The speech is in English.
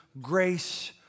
grace